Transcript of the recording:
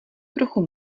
trochu